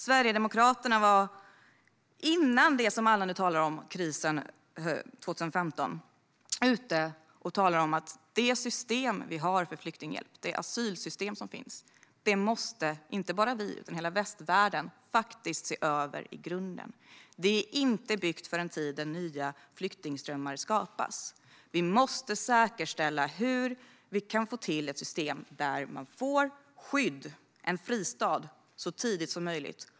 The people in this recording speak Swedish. Sverigedemokraterna talade redan före krisen 2015, som alla nu talar om, om att det asylsystem som vi har för flyktinghjälp måste inte bara vi utan hela västvärlden faktiskt se över i grunden. Det är inte byggt för en tid där nya flyktingströmmar skapas. Vi måste säkerställa och se till att vi får till ett system där människor får skydd, en fristad, så tidigt som möjligt.